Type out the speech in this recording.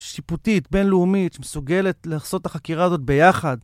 שיפוטית, בינלאומית, מסוגלת לעשות ת'חקירה הזאת ביחד